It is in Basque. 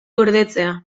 gordetzea